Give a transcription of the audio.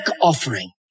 offering